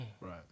Right